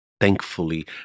thankfully